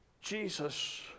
Jesus